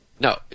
No